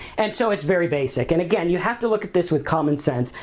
and so it's very basic and, again, you have to look at this with common sense.